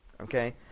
okay